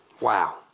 Wow